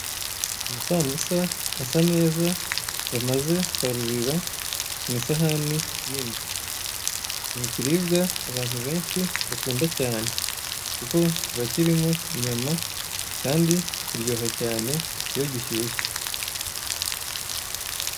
Amasambusa asa neza bamaze kwarurira mu isahani nini, ni ikiribwa abantu benshi bakunda cyane kuko kiba kirimo inyama kandi kiryoha iyo gishyushye.